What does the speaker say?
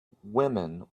women